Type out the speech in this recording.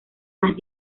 más